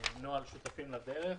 נוהל שותפים לדרך.